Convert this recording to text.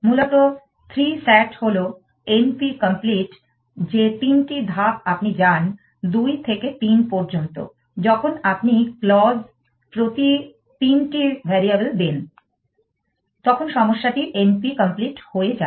মূলত 3 SAT হল NP complete যে 3 টি ধাপ আপনি যান 2 থেকে 3 পর্যন্ত যখন আপনি ক্লজ প্রতি 3 টি ভ্যারিয়েবল দেন তখন সমস্যাটি NP complete হয়ে যায়